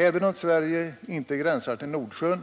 Sverige gränsar visserligen inte till Nordsjön,